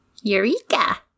eureka